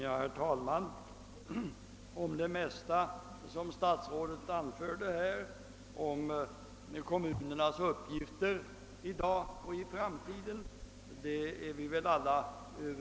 Herr talman! Om det mesta av vad statsrådet Lundkvist anförde när det gäller kommunernas uppgifter i dag och i framtiden är vi väl alla överens.